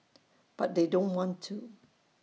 but they don't want to